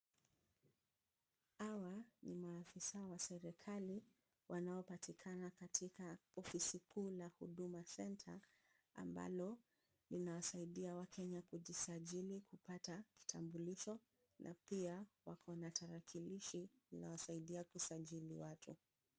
Hawa ni maafisa wa serikali wanaopatikana katika ofisi kuu la huduma center, ambalo linawasaidia wakenya kujisajili kupata kitambulisho na pia wako na tarakilishi inawasaidia kusajili watu.